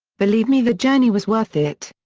believe me the journey was worth it.